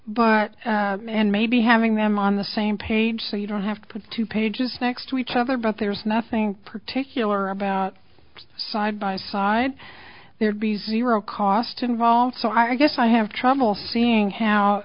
but and maybe having them on the same page so you don't have to put two pages next to each other but there's nothing particular about side by side there'd be zero cost involved so i guess i have trouble seeing how